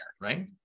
right